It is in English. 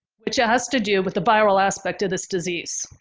which it has to do with the viral aspect of this disease.